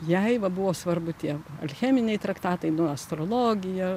jai va buvo svarbu tie alcheminiai traktatai nu astrologija